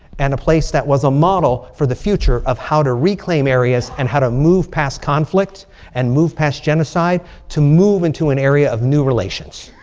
and a place that was a model for the future of how to reclaim areas and how to move past conflict and move past genocide to move into an area of new relations.